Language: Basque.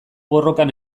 borrokan